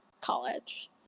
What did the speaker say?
college